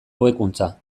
hobekuntza